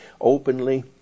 openly